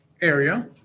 area